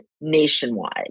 nationwide